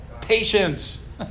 patience